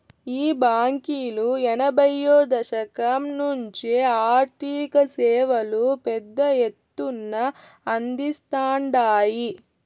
ఈ బాంకీలు ఎనభైయ్యో దశకం నుంచే ఆర్థిక సేవలు పెద్ద ఎత్తున అందిస్తాండాయి